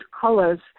colors